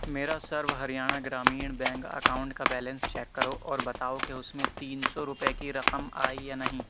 میرا Sarva Haryana Gramin bank account کا balance check کرو اور بتاؤ کہ اس میں تین سو روپئے کی رقم آئی یا نہیں